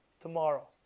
Tomorrow